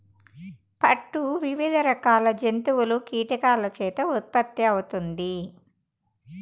పట్టు వివిధ రకాల జంతువులు, కీటకాల చేత ఉత్పత్తి అవుతుంది